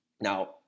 Now